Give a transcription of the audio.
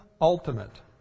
ultimate